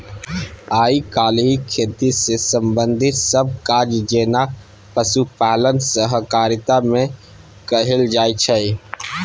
आइ काल्हि खेती सँ संबंधित सब काज जेना पशुपालन सहकारिता मे कएल जाइत छै